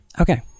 Okay